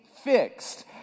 fixed